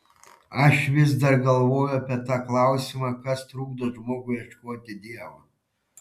aš vis dar galvoju apie tą klausimą kas trukdo žmogui ieškoti dievo